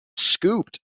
scooped